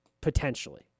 potentially